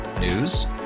News